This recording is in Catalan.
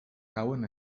cauen